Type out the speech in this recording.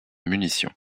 munitions